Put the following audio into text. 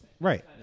Right